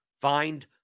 Find